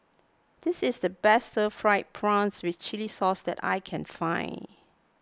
this is the best Stir Fried Prawns with Chili Sauce that I can find